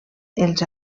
els